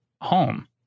home